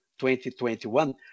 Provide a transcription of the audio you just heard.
2021